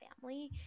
family